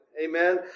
Amen